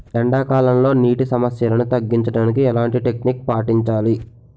ఎండా కాలంలో, నీటి సమస్యలను తగ్గించడానికి ఎలాంటి టెక్నిక్ పాటించాలి?